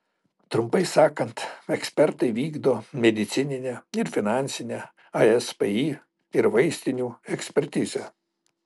trumpai sakant ekspertai vykdo medicininę ir finansinę aspį ir vaistinių ekspertizę